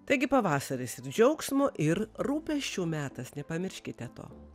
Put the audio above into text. taigi pavasaris džiaugsmo ir rūpesčių metas nepamirškite to